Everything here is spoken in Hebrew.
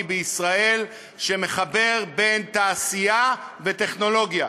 בישראל שמחבר תעשייה וטכנולוגיה,